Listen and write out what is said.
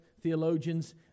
Theologians